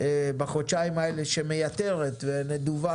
בחודשיים האלה אז נוותר